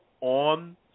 on